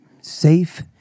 safe